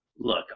Look